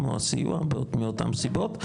כמו הסיוע מאותן הסיבות,